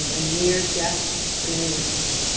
a near death experience.